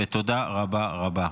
ותודה רבה רבה רבה.